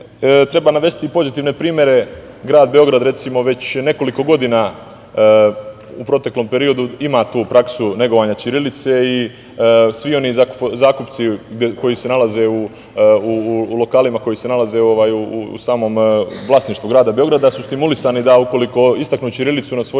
treba navesti i pozitivne primere. Grad Beograd, recimo, već nekoliko godina, u proteklom periodu, ima tu praksu negovanje ćirilice i svi oni zakupci koji se nalaze u lokalima, koji se nalaze u samom vlasništvu grada Beograda, su stimulisani, ukoliko istaknu ćirilicu na svojim